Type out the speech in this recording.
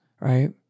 right